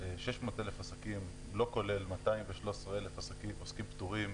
600,000 עסקים, לא כולל 213,000 עוסקים פטורים,